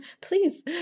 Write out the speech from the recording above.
please